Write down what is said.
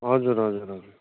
हजुर हजुर हजुर